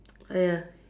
!aiya!